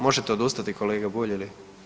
Možete odustati kolega Bulj ili?